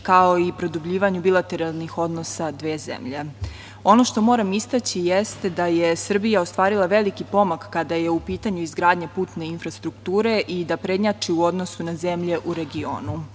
kao i produbljivanju bilateralnih odnosa dve zemlje. Ono što moram istaći jeste da je Srbija ostvarila veliki pomak kada je u pitanju izgradnja putne infrastrukture i da prednjači u odnosu na zemlje u regionu. Razvoj